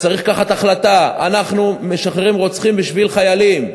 צריך לקבל החלטה: אנחנו משחררים רוצחים בשביל חיילים.